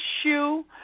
shoe